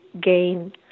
gain